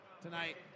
tonight